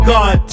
God